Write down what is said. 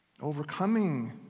Overcoming